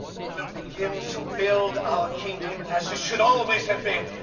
we will begin to build our kingdom as it should always have been.